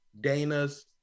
dana's